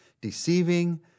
deceiving